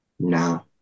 no